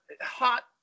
Hot